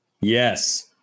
Yes